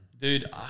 Dude